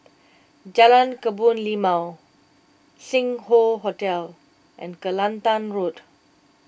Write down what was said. Jalan Kebun Limau Sing Hoe Hotel and Kelantan Road